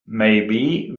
maybe